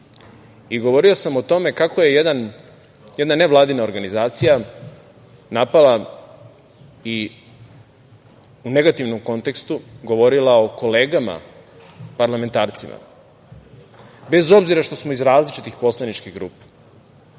i govorio sam o tome kako je jedna nevladina organizacija napala i u negativnom kontekstu govorila o kolegama parlamentarcima. Bez obzira što smo iz različitih poslaničkih grupa,